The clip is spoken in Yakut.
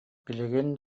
билигин